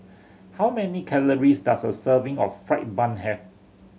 how many calories does a serving of fried bun have